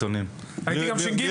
הייתי גם ש"ג.